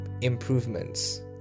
improvements